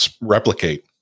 replicate